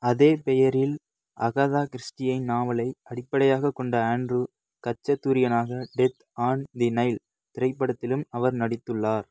அதே பெயரில் அகதா கிறிஸ்டியின் நாவலை அடிப்படையாகக் கொண்ட ஆண்ட்ரூ கச்சதூரியனாக டெத் ஆன் தி நைல் திரைப்படத்திலும் அவர் நடித்துள்ளார்